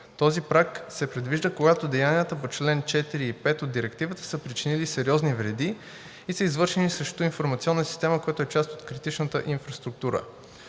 Този праг се предвижда, когато деянията по чл. 4 и 5 от Директивата са причинили сериозни вреди и са извършени срещу информационна система, която е част от критичната инфраструктура.